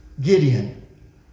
Gideon